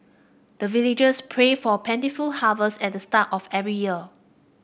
the villagers pray for plentiful harvest at the start of every year